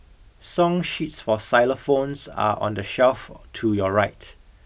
song sheets for xylophones are on the shelf to your right